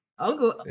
Uncle